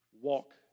walk